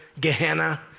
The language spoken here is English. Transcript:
gehenna